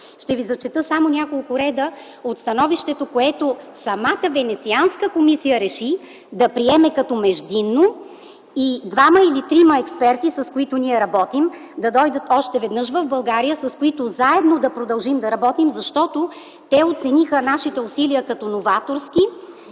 Ще ви прочета само няколко реда от становището, което Венецианската комисия реши да приеме като междинно, а двама или трима експерти, с които ние работим, ще дойдат още веднъж в България, с които заедно ще продължим да работим, защото те оцениха нашите усилия като новаторски